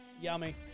yummy